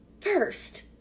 first